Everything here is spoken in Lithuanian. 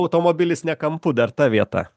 automobilis ne kampu dar ta vieta